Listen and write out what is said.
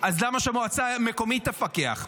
אז למה שהמועצה המקומית תפקח?